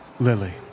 Lily